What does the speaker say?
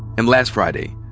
and last friday,